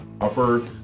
Upper